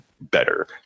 better